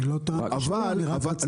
אני לא טענתי שלא, אני רק רציתי לדעת מה.